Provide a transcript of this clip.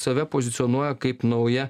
save pozicionuoja kaip nauja